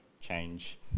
change